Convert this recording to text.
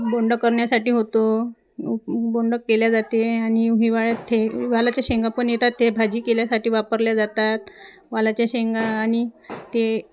बोंड करण्यासाठी होतो बोंडं केल्या जाते आणि हिवाळत ते वालाच्या शेंगा पण येतात ते भाजी केल्यासाठी वापरल्या जातात वालाच्या शेंगा आणि ते